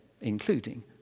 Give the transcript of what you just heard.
including